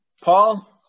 Paul